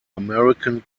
american